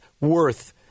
worth